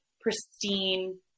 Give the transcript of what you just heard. pristine